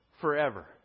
forever